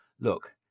Look